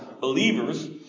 believers